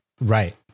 Right